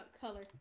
color